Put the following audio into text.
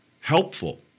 helpful